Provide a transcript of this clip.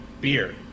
Beer